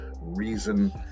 reason